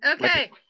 okay